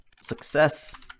success